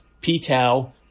p-tau